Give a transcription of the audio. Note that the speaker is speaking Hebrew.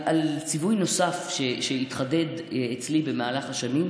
ציווי נוסף שהתחדד אצלי במהלך השנים,